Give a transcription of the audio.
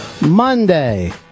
Monday